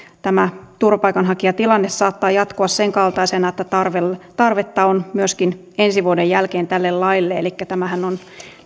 tämä turvapaikanhakijatilanne saattaa jatkua sen kaltaisena että tarvetta on myöskin ensi vuoden jälkeen tälle laille elikkä tämä hallituksen esityshän on